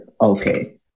okay